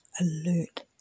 alert